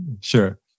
sure